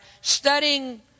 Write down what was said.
studying